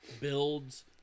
builds